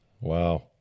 Wow